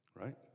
right